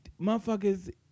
motherfuckers